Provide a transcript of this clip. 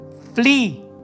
flee